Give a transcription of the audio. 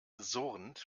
surrend